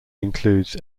includes